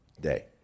day